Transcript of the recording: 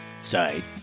side